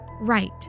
Right